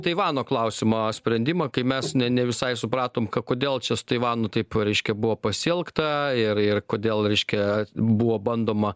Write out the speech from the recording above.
taivano klausimo sprendimą kai mes ne ne visai supratom k kodėl čia su taivanu taip reiškia buvo pasielgta ir ir kodėl reiškia buvo bandoma